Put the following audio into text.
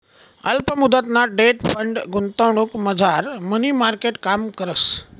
अल्प मुदतना debt fund गुंतवणुकमझार मनी मार्केट काम करस